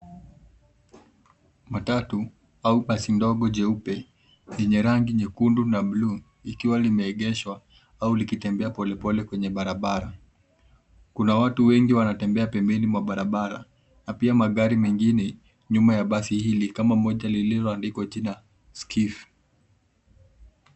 Matatu au basi dogo jeupe yenye rangi nyekundu na buluu likiwa limeegeshwa au likitembea polepole kwenye barabara. Kuna watu wengi wanatembea pembeni mwa barabara na pia magari mengine nyuma ya basi hili, kama moja lililoandikwa jina Skiff.